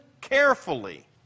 carefully